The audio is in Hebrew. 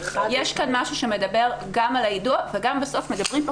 יש כאן משהו שמדבר גם על לידות וגם בסוף מדברים פה